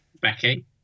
Becky